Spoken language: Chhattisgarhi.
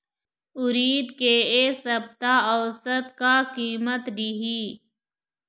उरीद के ए सप्ता औसत का कीमत रिही?